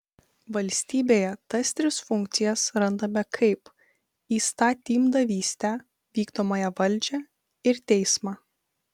valstybėje tas tris funkcijas randame kaip įstatymdavystę vykdomąją valdžią ir teismą